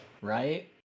right